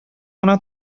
гына